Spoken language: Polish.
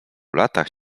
latach